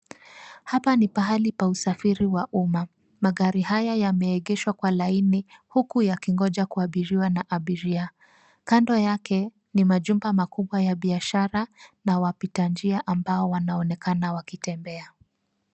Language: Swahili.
Hapa ni pahali pa usafiri wa umma. Magari haya yameegeshwa kwa laini huku yakingoja kuabiriwa na abiria. Kando yake ni majumba makubwa ya biashara na wapita njia ambao wanaonekana wakitembea.